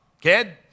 kid